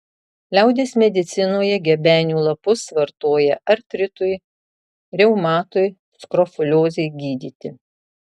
liaudies medicinoje gebenių lapus vartoja artritui reumatui skrofuliozei gydyti